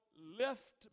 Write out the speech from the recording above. lift